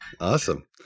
Awesome